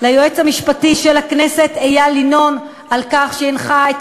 ליועץ המשפטי של הכנסת איל ינון על כך שהנחה את